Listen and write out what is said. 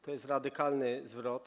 To jest radykalny zwrot.